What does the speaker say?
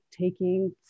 taking